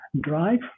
drive